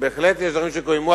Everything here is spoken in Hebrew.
בהחלט יש דברים שקוימו,